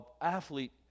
athlete